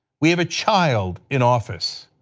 we have a child in office.